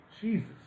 Jesus